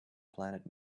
planet